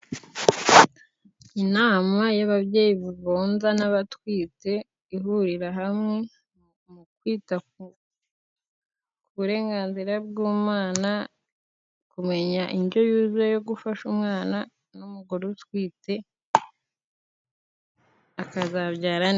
Inama y'ababyeyi bonsa n'abatwite ihurira hamwe, mu kwita ku burenganzira bw'umwana, kumenya indyo yuzuye yo gufasha umwana n'umugore utwite, akazabyara neza.